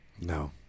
No